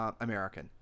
American